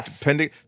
pending